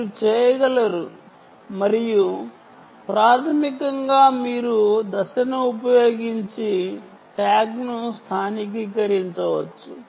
మీరు చేయగలరు మరియు ప్రాథమికంగా మీరు ఫేస్ను ఉపయోగించి ట్యాగ్ ను స్థానికీకరించవచ్చు